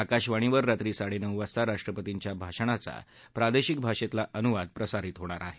आकाशवाणीवर रात्री साडेनऊ वाजता राष्ट्रपर्तीच्या भाषणाचा प्रादेशिक भाषेतला अनुवाद प्रसारित होणार आहे